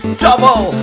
double